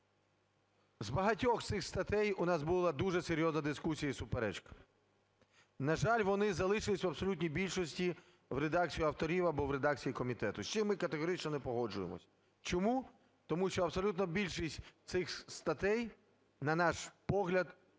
З багатьох з цих статей у нас була дуже серйозна дискусія і суперечка. На жаль, вони залишились в абсолютній більшості в редакції авторів або в редакції комітету. З чим ми категорично не погоджуємося. Чому? Тому що абсолютна більшість цих статей, на наш погляд,